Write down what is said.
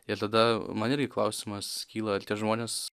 ir tada man irgi klausimas kyla ar tie žmonės